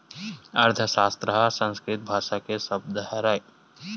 अर्थसास्त्र ह संस्कृत भासा के सब्द हरय